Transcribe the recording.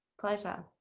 pleasure.